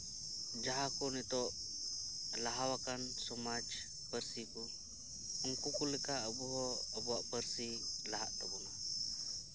ᱡᱟᱦᱟᱸ ᱠᱚ ᱱᱤᱛᱚᱜ ᱞᱟᱦᱟ ᱟᱠᱟᱱ ᱥᱚᱢᱟᱡᱽ ᱯᱟᱹᱨᱥᱤ ᱠᱚ ᱩᱱᱠᱩ ᱠᱚ ᱞᱮᱠᱟ ᱟᱵᱚᱦᱚᱸ ᱟᱵᱚᱣᱟᱜ ᱯᱟᱹᱨᱥᱤ ᱞᱟᱦᱟᱜ ᱛᱟᱵᱚᱱᱟ